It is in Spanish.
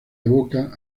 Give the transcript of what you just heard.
evoca